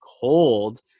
cold